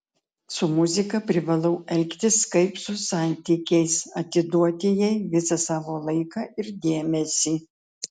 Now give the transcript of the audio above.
su muzika privalau elgtis kaip su santykiais atiduoti jai visą savo laiką ir dėmesį